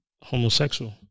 homosexual